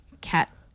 Cat